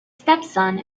stepson